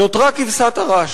נותרה כבשת הרש,